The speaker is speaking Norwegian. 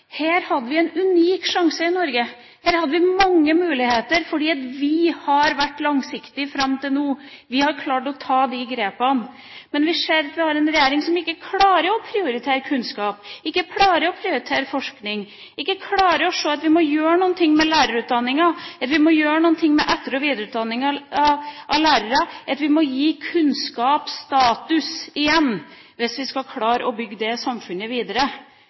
Her hadde vi en unik sjanse i Norge. Her hadde vi mange muligheter fordi vi har vært langsiktige fram til nå – vi har klart å ta de grepene. Men vi ser at vi har en regjering som ikke klarer å prioritere kunnskap, som ikke klarer å prioritere forskning, som ikke klarer å se at vi må gjøre noe med lærerutdanninga – at vi må gjøre noe med etter- og videreutdanninga av lærere, at vi må gi kunnskap status igjen hvis vi skal klare å bygge det samfunnet videre.